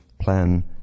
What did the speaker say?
plan